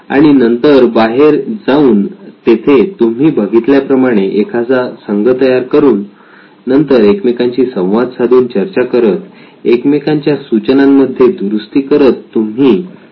आणि नंतर बाहेर जाऊन येथे तुम्ही बघितल्याप्रमाणे एखादा संघ तयार करून नंतर एकमेकांशी संवाद साधून चर्चा करत एकमेकांच्या सूचनांमध्ये दुरुस्ती करत तुम्ही हे करू शकता